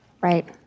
Right